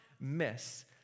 miss